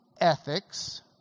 ethics